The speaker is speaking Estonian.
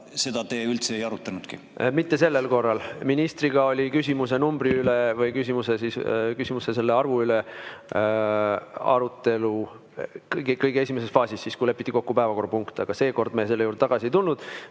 esitada te üldse ei arutanudki? Mitte sellel korral. Ministriga oli küsimuste arvu üle arutelu kõige esimeses faasis, siis kui lepiti kokku päevakorrapunkte, aga seekord me selle juurde tagasi ei tulnud.